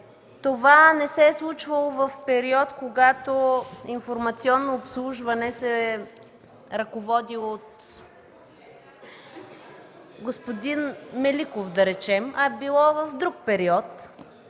това не се е случвало в период, когато „Информационно обслужване” се е ръководило от господин Меликов, да речем, а е било в друг период.